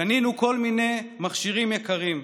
קנינו כל מיני מכשירים יקרים,